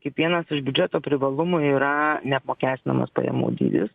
kaip vienas iš biudžeto privalumų yra neapmokestinamas pajamų dydis